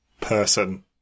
person